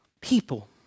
People